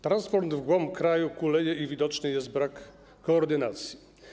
Transport w głąb kraju kuleje i widoczny jest brak koordynacji.